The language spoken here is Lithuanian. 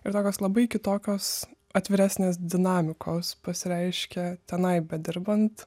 ir tokios labai kitokios atviresnės dinamikos pasireiškia tenai bedirbant